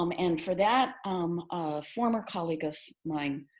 um and for that, um a former colleague of mine,